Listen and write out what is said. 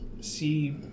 see